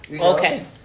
Okay